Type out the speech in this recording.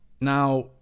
now